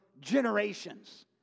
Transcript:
generations